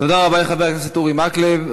תודה רבה לחבר הכנסת אורי מקלב.